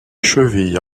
chevilles